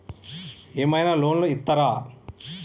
ఏమైనా లోన్లు ఇత్తరా?